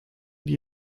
die